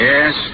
Yes